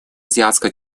азиатско